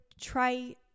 try